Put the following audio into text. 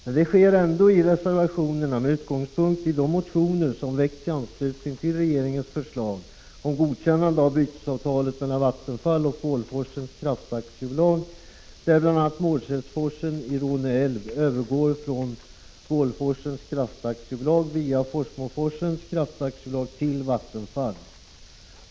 Men detta sker ändå i reservationerna med utgångspunkt i de motioner som väckts i anslutning till regeringens förslag om godkännande av bytesavtalet mellan Vattenfall och Bålforsens Kraftaktiebolag. Detta avtal innebär bl.a. att Mårdselforsen i Råneälv övergår från Bålforsens Kraftaktiebolag till Vattenfall via Forsmoforsens Kraftaktiebolag.